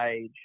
age